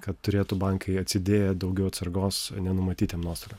kad turėtų bankai atsidėję daugiau atsargos nenumatytiem nuostoliam